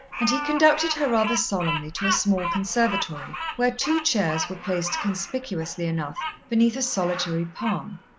and he conducted her rather solemnly to a small conservatory where two chairs were placed, conspicuously enough, beneath a solitary palm.